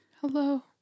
Hello